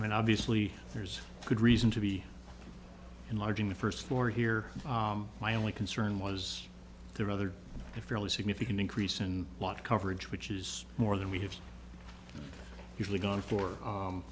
i mean obviously there's a good reason to be enlarging the first floor here my only concern was the rather a fairly significant increase in what coverage which is more than we have usually gone for